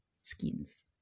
skins